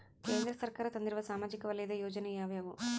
ಕೇಂದ್ರ ಸರ್ಕಾರ ತಂದಿರುವ ಸಾಮಾಜಿಕ ವಲಯದ ಯೋಜನೆ ಯಾವ್ಯಾವು?